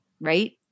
right